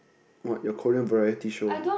what your Korean variety show